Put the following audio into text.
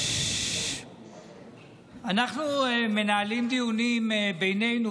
אנחנו מנהלים דיונים בינינו,